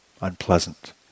unpleasant